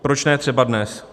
Proč ne třeba dnes?